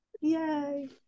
Yay